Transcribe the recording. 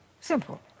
Simple